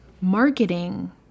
Marketing